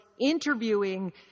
interviewing